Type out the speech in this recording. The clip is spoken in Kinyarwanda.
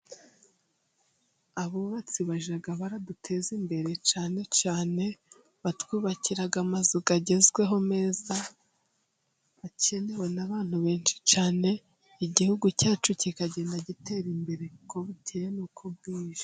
Abubatsi bajya baduteza imbere, cyane cyane batwubakira amazu agezweho meza, akenewe n'abantu benshi cyane, igihugu cyacu kikagenda gitera imbere uko bukeye n'uko bwije.